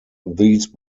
these